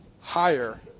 higher